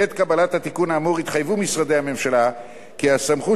בעת קבלת התיקון האמור התחייבו משרדי הממשלה כי הסמכות